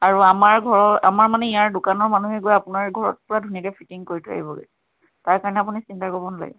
আৰু আমাৰ ঘৰৰ আমাৰ মানে ইয়াৰ দোকানৰ মানুহে গৈ আপোনাৰ ঘৰত পূৰা ধুনীয়াকৈ ফিটিং কৰি থৈ আহিবগৈ তাৰ কাৰণে আপুনি চিন্তা কৰিব নালাগে